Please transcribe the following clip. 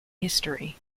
history